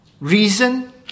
reason